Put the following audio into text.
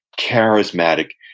charismatic,